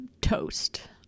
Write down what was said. toast